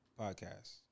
Podcast